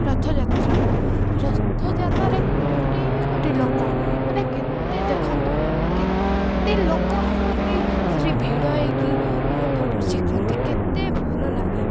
ରଥଯାତ୍ରା ରଥଯାତ୍ରାରେ କୋଟି କୋଟି ଲୋକ ମାନେ କେତେ ଦେଖନ୍ତୁ କେତେ ଲୋକ ଆସିକି ଭିଡ଼ ହେଇକି ରଥକୁ ଝିକନ୍ତି କେତେ ଭଲ ଲାଗେ